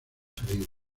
heridas